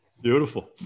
Beautiful